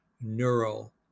neural